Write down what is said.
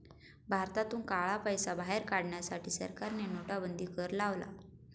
भारतातून काळा पैसा बाहेर काढण्यासाठी सरकारने नोटाबंदी कर लावला